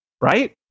right